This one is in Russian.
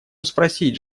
спросить